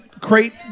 crate